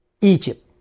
Egypt